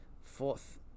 fourth